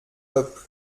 peuple